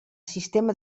sistema